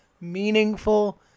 meaningful